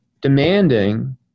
demanding